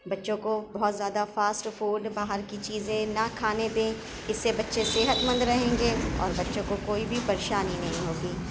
بچوں کو بہت زیادہ فاسٹ فوڈ باہر کی چیزیں نہ کھانے دیں اس سے بچے صحت مند رہیں گے اور بچوں کو کوئی بھی پریشانی نہیں ہوگی